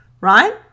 right